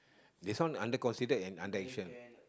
they sound under considered in under action